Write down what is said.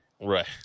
right